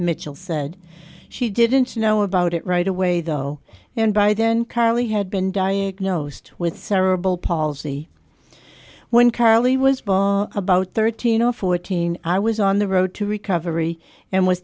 mitchell said she didn't know about it right away though and by then kylie had been diagnosed with cerebral palsy when carly was about thirteen or fourteen i was on the road to recovery and was